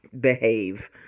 Behave